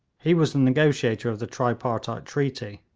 he was the negotiator of the tripartite treaty.